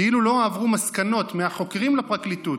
כאילו לא עברו מסקנות מהחוקרים לפרקליטות,